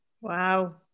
wow